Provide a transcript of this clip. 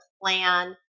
Plan